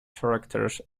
characters